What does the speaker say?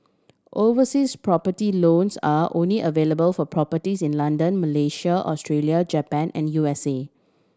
overseas property loans are only available for properties in London Malaysia Australia Japan and U S A